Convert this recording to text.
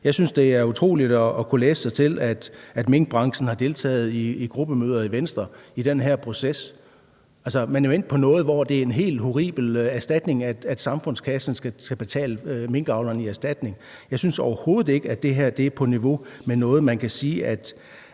Jeg synes, det er utroligt at kunne læse sig til, at minkbranchen har deltaget i gruppemøder i Venstre i den her proces. Altså, man er jo endt på noget, hvor det er en helt horribel erstatning, samfundskassen skal betale minkavlerne i erstatning. Jeg synes overhovedet ikke, at det her er på niveau med noget, hvor man kan sige, at